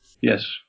Yes